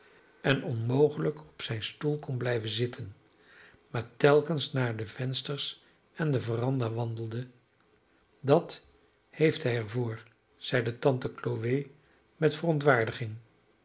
en onmogelijk op zijn stoel kon blijven zitten maar telkens naar de vensters en de veranda wandelde dat heeft hij er voor zeide tante chloe met verontwaardiging